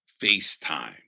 FaceTime